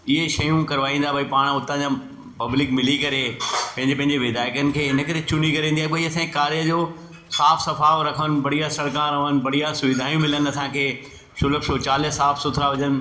इहे शयूं कराईंदा भई पाण हुतां जा पब्लिक मिली करे पंहिंजे पंहिंजे विधायकनि खे हिन करे चुनी करे ईंदी आहे भई असांजे कार्य जो साफ़ु सफ़ाई रखणु बढ़िया सड़का रहनि बढ़िया सुविधाऊं मिलनि असांखे सुलभ शौचालय साफ़ु सुथिरा हुजनि